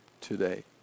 today